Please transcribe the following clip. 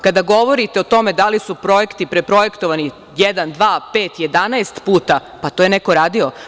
Kada govorite o tome da li su projekti preprojektovani, jedan, dva, pet, jedanaest puta, pa to je neko radio.